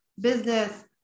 business